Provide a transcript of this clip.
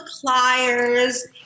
pliers